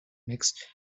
mix